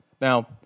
Now